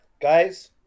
guys